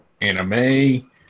Anime